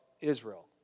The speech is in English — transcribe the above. Israel